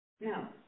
No